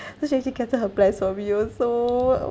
so she actually cancelled her plans for me I was so